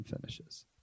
finishes